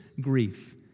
grief